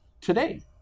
today